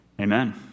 Amen